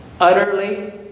Utterly